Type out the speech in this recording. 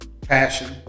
passion